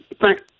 Thanks